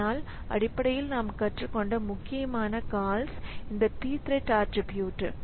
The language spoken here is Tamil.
அதனால் அடிப்படையில் நாம் கற்றுக்கொண்ட முக்கியமான கால்ஸ் இந்த pthread ஆட்ரிபியூட்